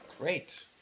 Great